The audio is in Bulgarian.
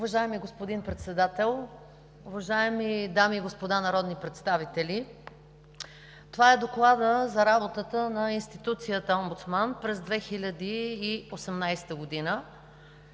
Уважаеми господин Председател, уважаеми дами и господа народни представители! Това е Докладът за работата на институцията Омбудсман през 2018 г.